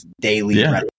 daily